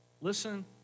Listen